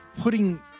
putting –